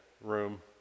room